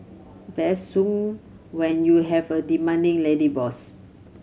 best sung when you have a demanding lady boss